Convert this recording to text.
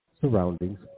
surroundings